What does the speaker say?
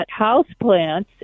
houseplants